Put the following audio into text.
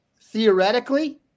theoretically